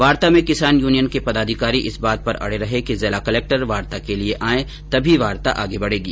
वार्ता में किसान यूनियन के पदाधिकारी इसे बात पर अड़े रहे कि जिला कलेक्टर वार्ता के लिए आये तभी वार्ता आगे बढेगी